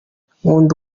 nkunda